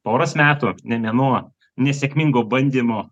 poros metų ne nuo nesėkmingo bandymo